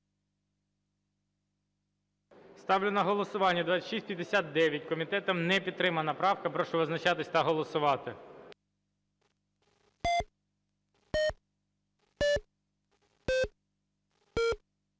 Ставлю на голосування 2659. Комітетом не підтримана правка. Прошу визначатись та голосувати.